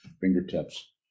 fingertips